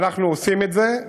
ואנחנו עושים את זה.